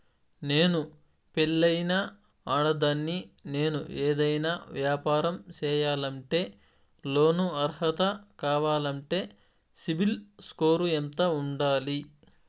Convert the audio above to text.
నేను పెళ్ళైన ఆడదాన్ని, నేను ఏదైనా వ్యాపారం సేయాలంటే లోను అర్హత కావాలంటే సిబిల్ స్కోరు ఎంత ఉండాలి?